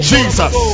Jesus